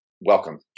welcome